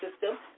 system